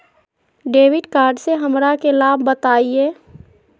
Debit card से हमरा के लाभ बताइए?